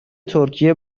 ترکیه